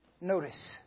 Notice